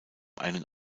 einen